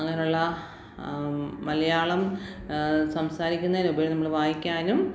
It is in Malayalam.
അങ്ങനെയുള്ള മലയാളം സംസാരിക്കുന്നതിനുപരി നമ്മള് വായിക്കാനും